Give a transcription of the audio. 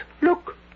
Look